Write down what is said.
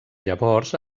llavors